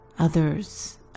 Others